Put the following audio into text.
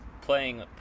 playing